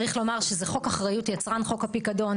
צריך לומר שזה חוק אחריות יצרן חוק הפיקדון,